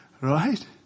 Right